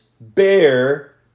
bear